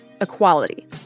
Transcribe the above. equality